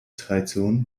tradition